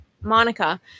Monica